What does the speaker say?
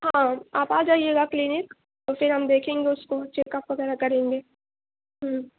ہاں آپ آ جائیے گا کلینک تو پھر ہم دیکھیں گے اس کو چیکپ وغیرہ کریں گے ہوں